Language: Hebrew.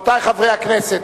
רבותי חברי הכנסת,